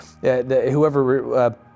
Whoever